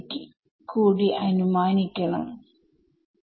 പക്ഷെ ഇവിടെ അങ്ങനെ ഉറപ്പ് പറയാൻ കഴിയില്ല